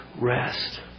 rest